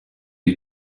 you